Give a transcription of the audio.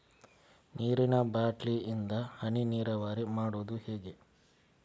ನೀರಿನಾ ಬಾಟ್ಲಿ ಇಂದ ಹನಿ ನೀರಾವರಿ ಮಾಡುದು ಹೇಗೆ?